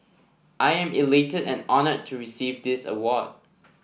I am elated and honoured to receive this award